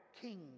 king